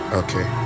okay